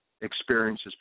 experiences